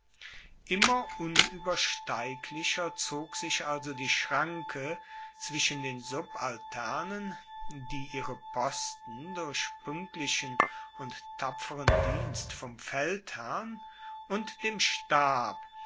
immer unuebersteiglicher zog sich also die schranke zwischen den subalternen die ihre posten durch puenktlichen und tapferen dienst vom feldherrn und dem stab